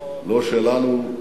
לא שלנו,